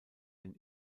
den